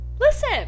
listen